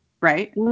right